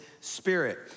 spirit